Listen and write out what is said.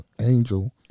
Angel